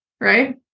Right